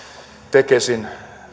tekesin